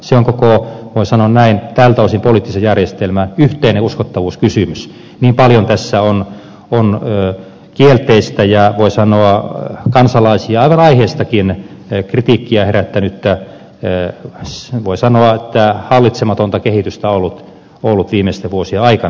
se on voi sanoa näin tältä osin koko poliittisen järjestelmän yhteinen uskottavuuskysymys niin paljon tässä on kielteistä ja voi sanoa kansalaisissa aivan aiheestakin kritiikkiä herättänyttä ee sen voi sanoa tää hallitsematonta kehitystä ollut viimeisten vuosien aikana